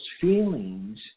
feelings